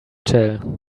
tell